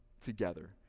together